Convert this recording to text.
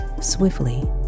Swiftly